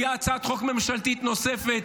הייתה הצעת חוק ממשלתית נוספת,